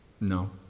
No